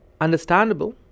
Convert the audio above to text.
understandable